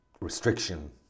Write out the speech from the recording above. Restriction